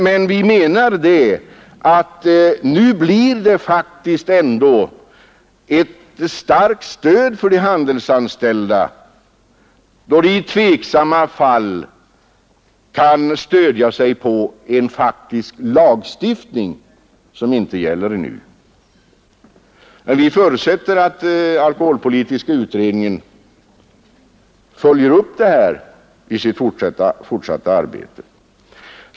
Men vi anser att de handelsanställda får ett starkt stöd då de i tveksamma fall kan stödja sig på en faktisk lagstiftning — visserligen gäller inte lagen ännu, men vi förutsätter att alkoholpolitiska utredningen följer upp denna fråga i sitt fortsatta arbete.